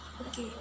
Okay